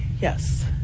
Yes